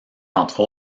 entre